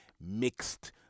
mixed